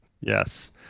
yes